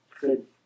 good